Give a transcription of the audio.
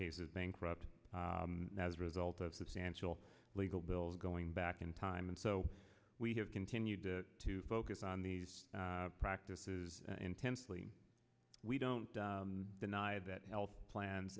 cases bankrupt as a result of substantial legal bills going back in time and so we have continued to focus on these practices intensely we don't deny that health plans